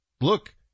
look